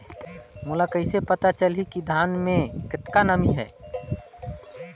मोला कइसे पता चलही की धान मे कतका नमी हे?